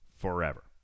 Forever